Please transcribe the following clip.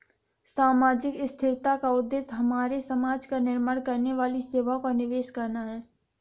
सामाजिक स्थिरता का उद्देश्य हमारे समाज का निर्माण करने वाली सेवाओं का निवेश करना है